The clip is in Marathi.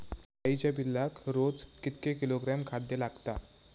गाईच्या पिल्लाक रोज कितके किलोग्रॅम खाद्य लागता?